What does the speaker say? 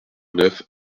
neuf